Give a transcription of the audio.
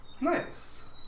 Nice